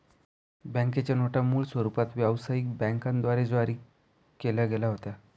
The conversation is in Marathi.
बँकेच्या नोटा मूळ स्वरूपात व्यवसायिक बँकांद्वारे जारी केल्या गेल्या होत्या